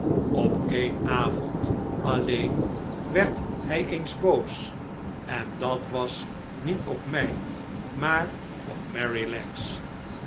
op een avond alleen werd hij eens boos en dat was niet op mij maar op